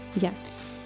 Yes